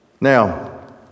Now